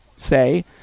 say